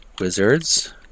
Wizards